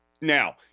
now